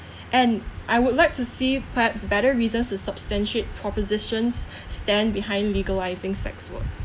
and I would like to see perhaps better reasons to substantiate proposition's stand behind legalising sex work